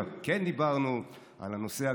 אבל כן דיברנו על הנושא הגדול: